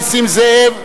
נסים זאב,